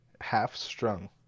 half-strung